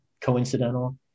coincidental